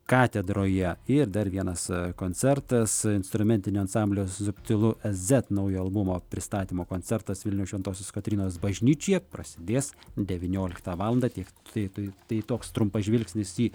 katedroje ir dar vienas koncertas instrumentinio ansamblio subtilu ezet naujo albumo pristatymo koncertas vilniaus šventosios kotrynos bažnyčioje prasidės devynioliktą valandą tiek tai tai toks trumpas žvilgsnis į